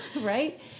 right